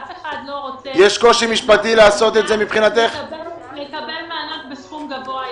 אף אחד לא רוצה למנוע מאנשים לקבל מענק בסכום גבוה יותר.